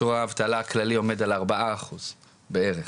שיעור האבטלה הכללי עומד על ארבעה אחוז בערך.